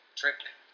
trick